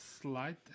slide